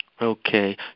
Okay